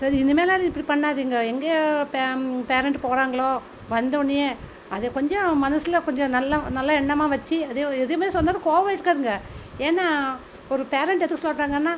சரி இனிமேலாவது இப்படி பண்ணாதீங்க எங்கே பேரண்ட்டு போகிறாங்களோ வந்தவொடனையே அதை கொஞ்சம் மனசில் கொஞ்சம் நல்லா நல்ல எண்ணமாக வச்சு அதை எதையும் சொன்னதும் கோவமாக எடுத்துக்காதீங்க ஏன்னா ஒரு பேரண்ட் எதுக்கு சொல்கிறாங்கன்னா